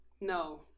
No